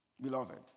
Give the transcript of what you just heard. beloved